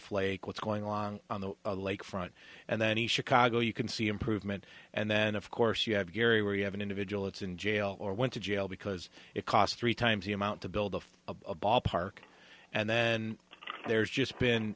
flake what's going on on the lake front and then he chicago you can see improvement and then of course you have gary where you have an individual it's in jail or went to jail because it cost three times the amount to build a ballpark and then there's just been